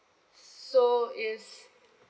so it's